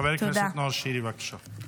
חבר הכנסת נאור שירי, בבקשה.